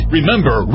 Remember